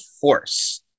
force